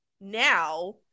now